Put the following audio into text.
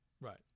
Right